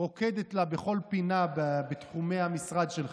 רוקדת לה בכל פינה בתחומי המשרד שלך,